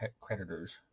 creditors